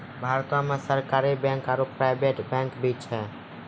भारतो मे सरकारी बैंक आरो प्राइवेट बैंक भी छै